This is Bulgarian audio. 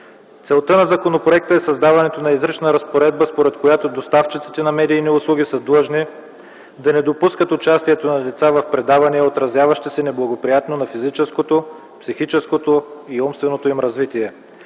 Целта на законопроекта е създаването на изрична разпоредба, според която доставчиците на медийни услуги са длъжни да не допускат участието на деца в предавания, отразяващи се неблагоприятно на физическото, психическото и умственото им развитие,